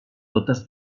totes